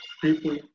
people